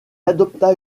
adopta